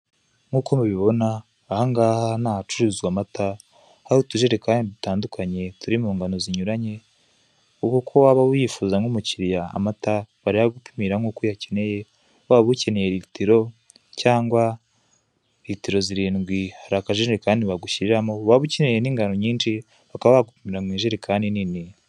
Nk'uko mubibona, aha ngaha ni ahacururizwa amata; hari utujerekani dutandukanye turi mu ngano zinyuranye, uko waba uyifuza nk'umukiriya, amata barayagupimira nk'uko uyakeneye, waba ukeneye litiro cyangwa litiro zirindwi hari akajerekani bagushyiriramo, waba ukeneye n'ingano nyinshi bakaba bagupimira mu ijerekani nini.